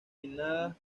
pinnadas